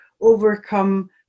overcome